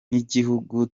nk’igihugu